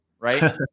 right